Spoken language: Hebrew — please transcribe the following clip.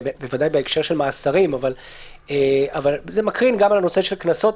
בוודאי בהקשר של מאסרים אבל זה מקרין גם על נושא הקנסות,